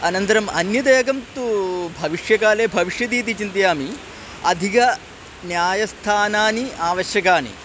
अनन्तरम् अन्यदेकं तु भविष्यकाले भविष्यति इति चिन्तयामि अधिकानि न्यायस्थानानि आवश्यकानि